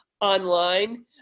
online